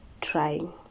trying